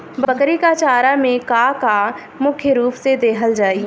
बकरी क चारा में का का मुख्य रूप से देहल जाई?